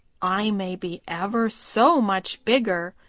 i may be ever so much bigger,